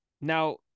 Now